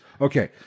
okay